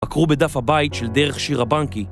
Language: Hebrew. עקרו בדף הבית של דרך שיר הבנקי